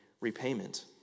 repayment